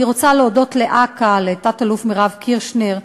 אני רוצה להודות לאכ"א, לתת-אלוף מירב קירשנר,